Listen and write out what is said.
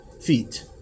feet